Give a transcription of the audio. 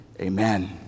amen